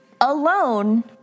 alone